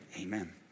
amen